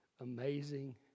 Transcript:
amazing